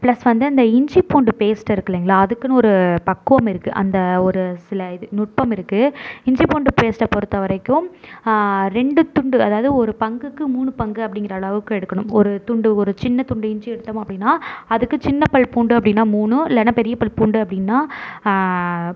plus வந்து அந்த இஞ்சி பூண்டு பேஸ்ட்டு இருக்குது இல்லைங்களா அதுக்குன்னு ஒரு பக்குவம் இருக்குது அந்த ஒரு சில இது நுட்பம் இருக்குது இஞ்சி பூண்டு பேஸ்ட்டை பொறுத்தவரைக்கும் ரெண்டு துண்டு அதாவது ஒரு பங்குக்கு மூணு பங்கு அப்படிங்கிற அளவுக்கு எடுக்கணும் ஒரு துண்டு ஒரு சின்ன துண்டு இஞ்சி எடுத்தோம் அப்படின்னா அதுக்கு சின்ன பல் பூண்டு அப்படினா மூணு இல்லைனா பெரிய பல் பூண்டு அப்படின்னா